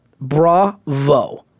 Bravo